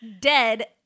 dead